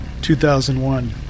2001